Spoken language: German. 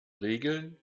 regeln